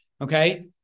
Okay